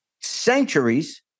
centuries